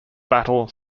battle